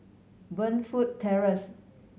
Burnfoot Terrace